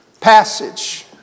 passage